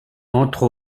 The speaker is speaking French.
entre